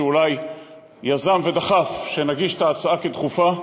שאולי יזם ודחף שנגיש את ההצעה כדחופה,